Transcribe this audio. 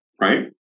right